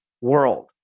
world